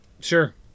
Sure